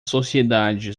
sociedade